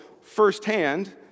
firsthand